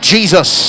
Jesus